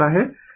तो 12πf C